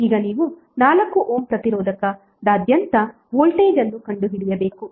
ಈಗ ನೀವು 4 ಓಮ್ ಪ್ರತಿರೋಧಕ ನಾದ್ಯಂತ ವೋಲ್ಟೇಜ್ ಅನ್ನು ಕಂಡುಹಿಡಿಯಬೇಕು